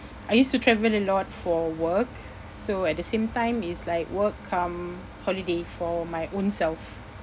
I used to travel a lot for work so at the same time it's like work cum holiday for my ownself